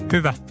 Hyvä